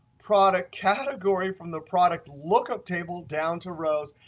product category from the product lookup table down to rows,